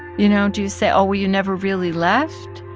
you know, do you say, oh, well, you never really left?